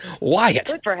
Wyatt